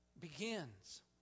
begins